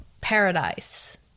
paradise